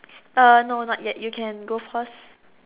uh no not yet you can go first